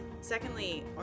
Secondly